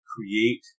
create